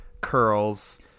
curls